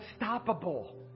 unstoppable